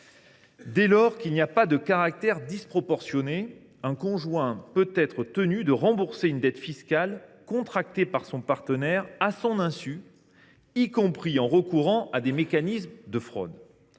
Dès lors qu’il n’y a pas de caractère disproportionné, un conjoint peut être tenu de rembourser une dette fiscale contractée par son partenaire à son insu y compris en recourant à des mécanismes de fraude.